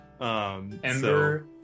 Ember